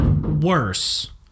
worse